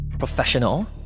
professional